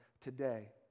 today